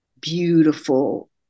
beautiful